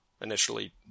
initially